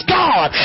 god